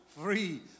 free